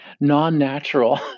non-natural